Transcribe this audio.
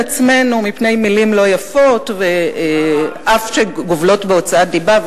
עצמנו מפני מלים לא יפות שלעתים אכן גובלות בהוצאת דיבה.